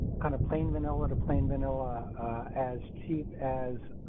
kind of plain vanilla to plain vanilla as cheap as.